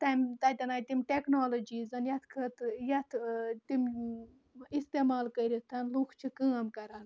تَتٮ۪ن آیہِ تِم ٹیکنالجیٖز یَتھ خٲطرٕ یَتھ تِم اِستعمال کٔرِتھ لُکھ چھِ کٲم کَران